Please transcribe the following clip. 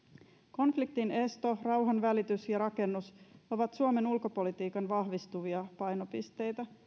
konfliktinesto ja rauhanvälitys ja rakennus ovat suomen ulkopolitiikan vahvistuvia painopisteitä